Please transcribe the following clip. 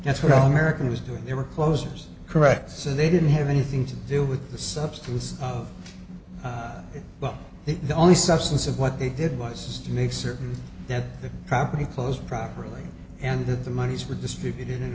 that's what all american was doing they were closers correct so they didn't have anything to do with the substance of it but the only substance of what they did was to make certain that their property close properly and that the monies were distributed in